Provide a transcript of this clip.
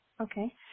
Okay